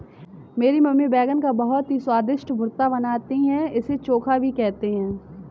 मेरी मम्मी बैगन का बहुत ही स्वादिष्ट भुर्ता बनाती है इसे चोखा भी कहते हैं